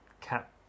cap